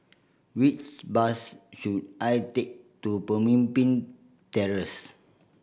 which bus should I take to Pemimpin Terrace